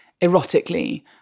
erotically